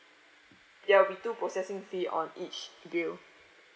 there will be two processing fee on each bill